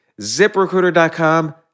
ZipRecruiter.com